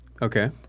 Okay